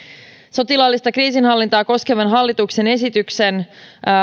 sotilaallista kriisinhallintaa koskevan hallituksen esityksen